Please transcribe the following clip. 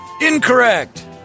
Incorrect